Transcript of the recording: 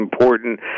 important